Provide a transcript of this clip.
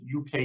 UK